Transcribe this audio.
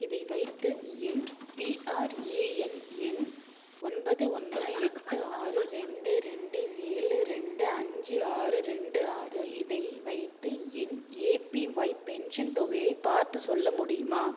இதை வைத்து என் பிஆர்ஏஎன் எண் ஒன்பது ஒன்பது எட்டு ஆறு ரெண்டு ரெண்டு ஏழு ரெண்டு அஞ்சு ஆறு ரெண்டு ஆறு இதை வைத்து என் ஏபிஒய் பென்ஷன் தொகையை பார்த்துச் சொல்ல முடியுமா